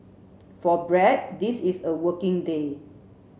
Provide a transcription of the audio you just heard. for Brad this is a working day